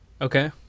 Okay